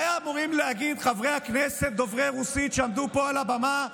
מה היו אמורים להגיד חברי הכנסת דוברי רוסית שעמדו פה על הבמה,